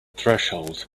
threshold